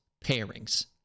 pairings